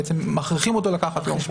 בעצם מכריחים אותו לקחת יום חופש.